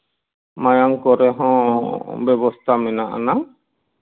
ᱢᱟᱭᱟᱝ ᱠᱚᱨᱮ ᱦᱚᱸ ᱵᱮᱵᱚᱥᱛᱟ ᱢᱮᱱᱟᱜ ᱟᱱᱟᱝ